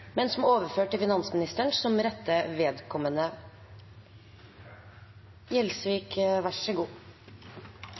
overført til finansministeren som rette vedkommende.